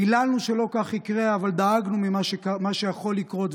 פיללנו שלא כך יקרה אבל דאגנו ממה שיכול לקרות,